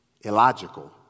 illogical